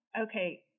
Okay